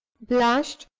blushed,